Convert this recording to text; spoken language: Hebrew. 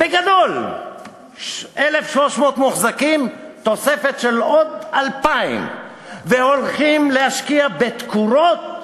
בגדול 1,300 מוחזקים ותוספת של עוד 2,000. הולכים להשקיע בתקורות,